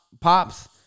pops